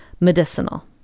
medicinal